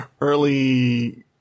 early